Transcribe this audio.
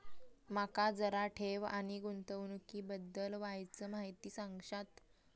माका जरा ठेव आणि गुंतवणूकी बद्दल वायचं माहिती सांगशात?